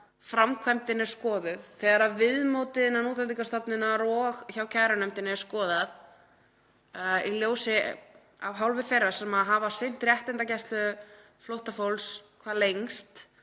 framkvæmdin er skoðuð, þegar viðmótið innan Útlendingastofnunar og hjá kærunefndinni er skoðað af hálfu þeirra sem hafa sinnt réttindagæslu flóttafólks hvað lengst